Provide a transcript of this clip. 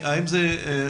האם זה כך